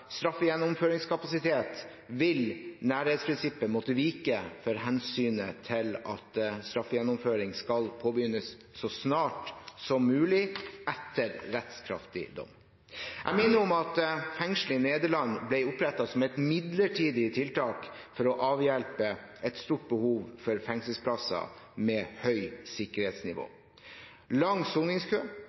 straffegjennomføringskapasitet, vil nærhetsprinsippet måtte vike for hensynet til at straffegjennomføring skal påbegynnes så snart som mulig etter rettskraftig dom. Jeg minner om at fengselet i Nederland ble opprettet som et midlertidig tiltak for å avhjelpe et stort behov for fengselsplasser med høyt sikkerhetsnivå. Lang soningskø